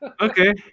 Okay